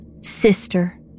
sister